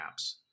apps